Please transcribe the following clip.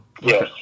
Yes